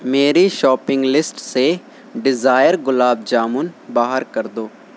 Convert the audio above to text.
میری shopping list سے ڈزائر گُلاب جامُن باہر کر دو